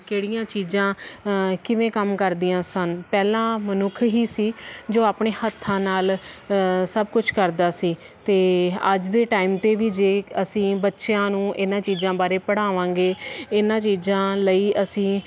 ਕਿਹੜੀਆਂ ਚੀਜ਼ਾਂ ਕਿਵੇਂ ਕੰਮ ਕਰਦੀਆਂ ਸਨ ਪਹਿਲਾਂ ਮਨੁੱਖ ਹੀ ਸੀ ਜੋ ਆਪਣੇ ਹੱਥਾਂ ਨਾਲ ਸਭ ਕੁਝ ਕਰਦਾ ਸੀ ਅਤੇ ਅੱਜ ਦੇ ਟਾਈਮ 'ਤੇ ਵੀ ਜੇ ਅਸੀਂ ਬੱਚਿਆਂ ਨੂੰ ਇਹਨਾਂ ਚੀਜ਼ਾਂ ਬਾਰੇ ਪੜਾਵਾਂਗੇ ਇਹਨਾਂ ਚੀਜ਼ਾਂ ਲਈ ਅਸੀਂ